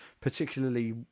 particularly